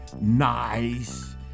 nice